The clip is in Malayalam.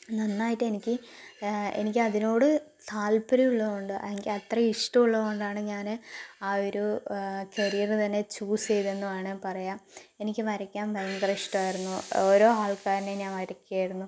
നന്നായിട്ട് എനിക്ക് എനിക്ക് അതിനോട് താല്പര്യം ഉള്ളതുകൊണ്ട് എനിക്ക് അത്രയും ഇഷ്ടമുള്ളതുകൊണ്ടാണ് ഞാൻ ആ ഒരു കരിയർ തന്നെ ചൂസ് ചെയ്തതതെന്ന് വേണമെങ്കിൽ പറയാം എനിക്ക് വരയ്ക്കാൻ ഭയങ്കര ഇഷ്ടമായിരുന്നു ഓരോ ആൾക്കാരേയും ഞാൻ വരയ്ക്കുമായിരുന്നു